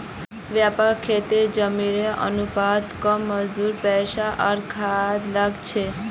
व्यापक खेतीत जमीनेर अनुपात कम मजदूर पैसा आर खाद लाग छेक